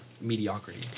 mediocrity